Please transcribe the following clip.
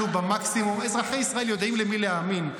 במקסימום, אזרחי ישראל יודעים למי להאמין.